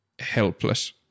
helpless